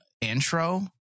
intro